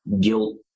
guilt